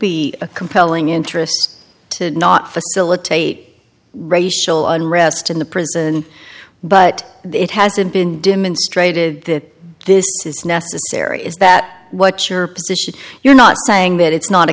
be a compelling interest to not facilitate racial unrest in the prison but the it hasn't been demonstrated that this is necessary is that what your position you're not saying that it's not a